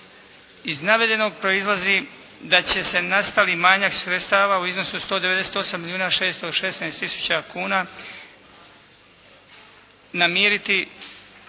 Iz navedenog proizlazi da će se nastali manjak sredstava u iznosu od 198 milijuna 616 tisuća kuna namiriti